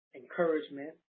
encouragement